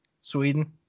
sweden